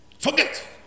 Forget